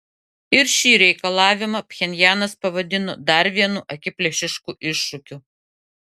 ir šį reikalavimą pchenjanas pavadino dar vienu akiplėšišku iššūkiu